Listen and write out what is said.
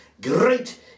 great